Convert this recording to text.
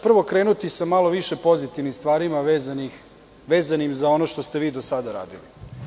Prvo ću krenuti sa malo više pozitivnih stvari vezanim za ono što ste vi do sada radili.